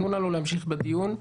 תנו לנו להמשיך בדיון,